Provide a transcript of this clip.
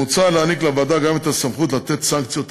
מוצע להעניק לוועדה גם את הסמכות לתת סנקציות על-תנאי.